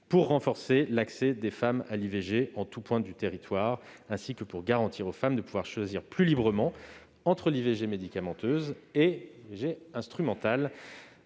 renforcer l'accès des femmes à l'IVG en tous points du territoire et leur garantir de pouvoir choisir plus librement entre l'IVG médicamenteuse et l'IVG instrumentale,